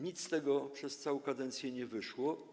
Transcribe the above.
Nic z tego przez całą kadencję nie wyszło.